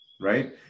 right